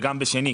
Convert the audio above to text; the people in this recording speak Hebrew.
וגם בשני,